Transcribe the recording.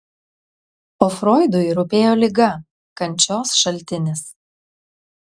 o froidui rūpėjo liga kančios šaltinis